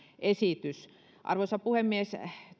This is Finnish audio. esitys arvoisa puhemies